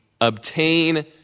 Obtain